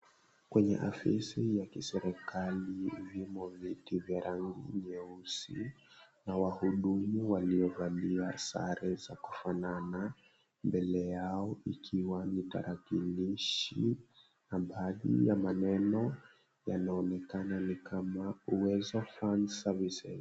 Kwenye afisi ya kiserikali vimo viti vya rangi nyeusi na wahudumu waliovalia sare za kufanana mbele yao ikiwa ni tarakilishi na baadhi ya maneno yanaonekana ni kama "UWEZO FUND SERVICES".